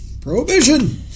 Prohibition